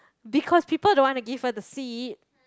because people don't want to give her the seat